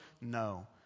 No